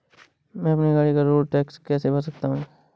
मैं अपनी गाड़ी का रोड टैक्स कैसे भर सकता हूँ?